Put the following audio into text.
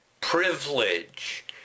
privilege